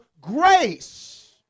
grace